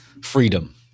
freedom